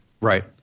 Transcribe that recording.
Right